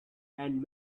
and